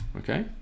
Okay